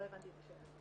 לא הבנתי את השאלה.